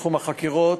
בתחום החקירות,